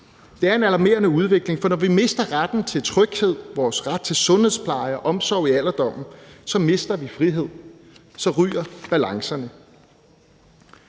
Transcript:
Det er en alarmerende udvikling, for når vi mister retten til tryghed, vores ret til sundhedspleje og omsorg i alderdommen, så mister vi frihed, og så ryger balancerne.